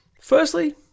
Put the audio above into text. Firstly